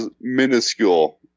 minuscule